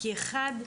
כי אחד,